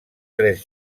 tres